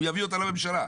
הוא יביא אותה לממשלה.